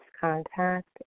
contact